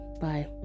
bye